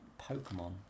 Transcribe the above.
Pokemon